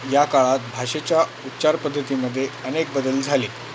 या काळात भाषेच्या उच्चार पद्धतीमध्ये अनेक बदल झाले